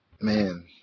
Man